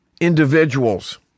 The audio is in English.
individuals